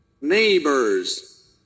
Neighbors